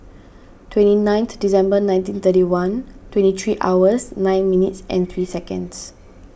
twenty ninth December nineteen thirty one twenty three hours nine minutes and three seconds